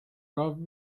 rob